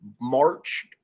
March